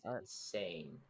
insane